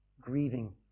grieving